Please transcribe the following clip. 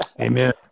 Amen